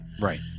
Right